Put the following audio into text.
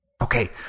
Okay